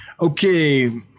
okay